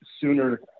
sooner